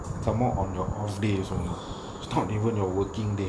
some more on your off day also know it's not even your working day